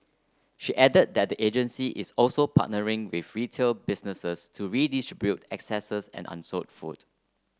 she added that the agency is also partnering with retail businesses to redistribute excess and unsold food